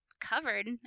covered –